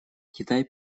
китай